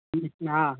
हाँ हाँ